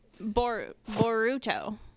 Boruto